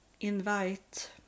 invite